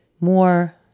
More